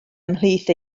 ymhlith